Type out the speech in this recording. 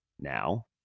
now